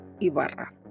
Ibarra